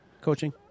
coaching